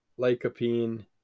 lycopene